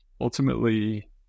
ultimately